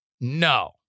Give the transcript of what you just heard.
No